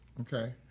Okay